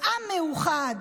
העם מאוחד.